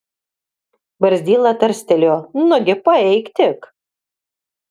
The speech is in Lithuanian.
barzdyla tarstelėjo nugi paeik tik